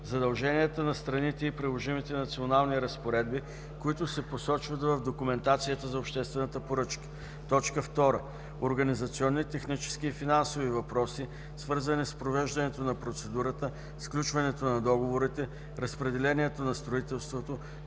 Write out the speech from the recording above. задълженията на страните и приложимите национални разпоредби, които се посочват в документацията за обществената поръчка; 2. организационни, технически и финансови въпроси, свързани с провеждането на процедурата, сключването на договорите, разпределението на строителството,